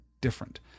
different